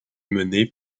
menés